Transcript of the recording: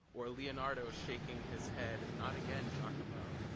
or leonardo shaking his head, not again, giacomo.